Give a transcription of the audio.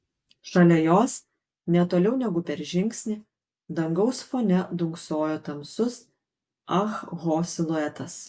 šalia jos ne toliau negu per žingsnį dangaus fone dunksojo tamsus ah ho siluetas